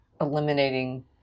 eliminating